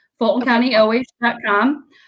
fultoncountyoh.com